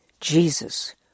Jesus